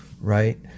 right